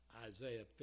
Isaiah